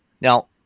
Now